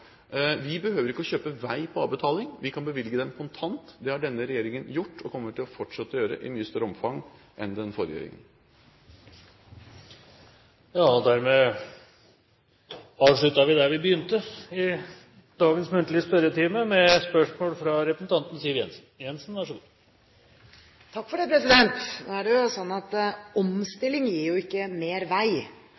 Vi behøver ikke å kjøpe veier på avbetaling, vi kan bevilge til dem kontant. Det har denne regjeringen gjort, og det kommer vi til å fortsette å gjøre – i mye større omfang enn den forrige regjeringen. Dermed avslutter vi der vi begynte dagens muntlige spørretime, med spørsmål fra representanten Siv Jensen. Siv Jensen – til oppfølgingsspørsmål. Nå er det sånn at omstilling gir jo